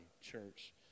church